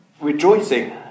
rejoicing